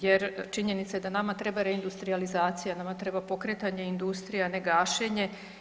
Jer činjenica je da nama treba reindustrijalizacija, nama treba pokretanje industrije, a ne gašenje.